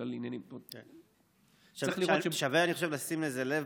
בגלל עניינים, פשוט שווה לשים לב לזה.